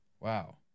wow